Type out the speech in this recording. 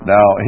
Now